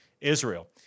Israel